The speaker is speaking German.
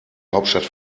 hauptstadt